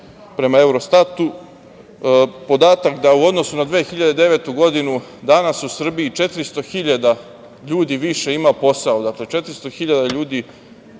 prema Evrostatu. Podatak da u odnosu na 2009. godinu danas u Srbiji 400 hiljada ljudi više ima posao. Dakle, 400 hiljada